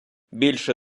більше